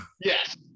Yes